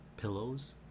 pillows